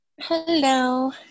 hello